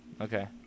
Okay